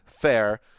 fair